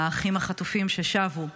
האחים החטופים ששבו.